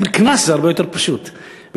הרבה יותר פשוט להטיל קנס.